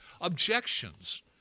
Objections